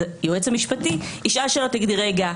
אז היועץ המשפטי ישאל שאלות כמו: רגע,